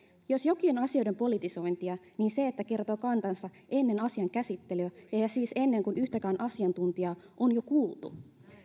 jos jokin on asioiden politisointia niin se että kertoo kantansa ennen asian käsittelyä ja ja siis ennen kuin yhtäkään asiantuntijaa on vielä kuultu